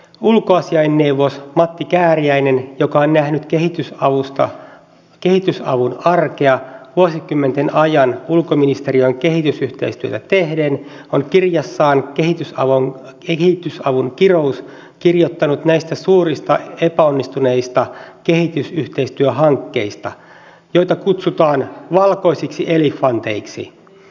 ulkoasiainneuvos matti kääriäinen joka on nähnyt kehitysavun arkea vuosikymmenten ajan ulkoministeriön kehitysyhteistyötä tehden on kirjassaan kehitysavun kirous kirjoittanut näistä suurista epäonnistuneista kehitysyhteistyöhankkeista joita kutsutaan valkoisiksi elefanteiksi